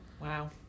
Wow